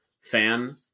fan